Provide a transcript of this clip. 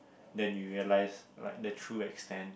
then you realize like the true extent